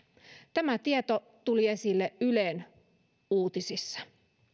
tämä tieto tuli esille ylen uutisissa